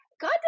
God